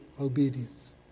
obedience